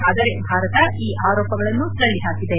ಆದರೆ ಭಾರತ ಈ ಆರೋಪಗಳನ್ನು ತಳ್ಳಿಹಾಕಿದೆ